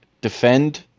defend